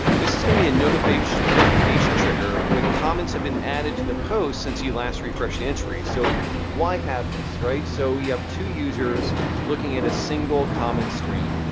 this is going to be a notification notification trigger when comments have been added to the post since you last refreshed the entry. so why have this, right? so we have two users looking at a single comment stream.